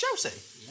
Chelsea